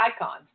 icons